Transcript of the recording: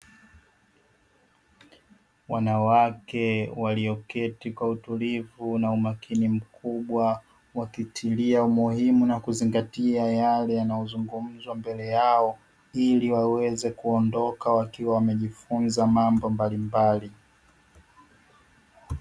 Wanawake walioketi kwa utulivu na umakini mkubwa wakitilia umuhimu na kuzingatia yale yanayozungumzwa mbele yao, ili waweze kuondoka wakiwa wamejifunza mambo mbalimbali.